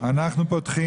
אנחנו פותחים